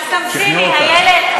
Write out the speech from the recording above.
אז תמתיני, איילת.